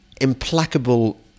implacable